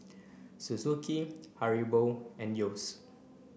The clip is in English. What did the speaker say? Suzuki Haribo and Yeo's